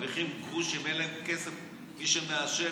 שמרוויחים גרושים, אין להם כסף, מי שמעשן.